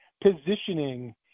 positioning